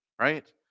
right